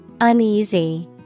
Uneasy